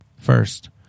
First